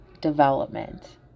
development